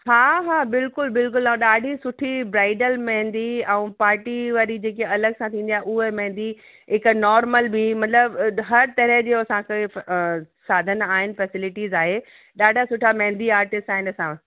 हा हा बिल्कुलु बिल्कुलु ऐं ॾाढी सुठी ब्राइडल मेंदी ऐं पार्टी वारी जेकी अलॻि सां थींदी आहे उहा मेंदी हिकु नॉर्मल बि मतलबु हर तरह जो असांखे साधन आहिनि फ़ैसिलिटिज़ आहे ॾाढा सुठा मेंदी आर्टिस्ट आहिनि असां